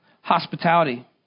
hospitality